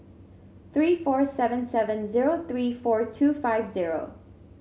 three four seven seven zero three four two five zero